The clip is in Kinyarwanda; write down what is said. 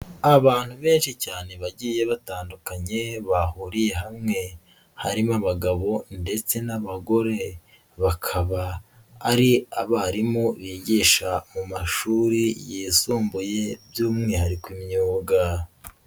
Abantu benshi cyane bagiye batandukanye bahuriye hamwe harimo abagabo ndetse n'abagore, bakaba ari abarimu bigisha mu mashuri yisumbuye by'umwihariko imyuga.